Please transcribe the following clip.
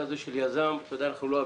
שנית, לגבי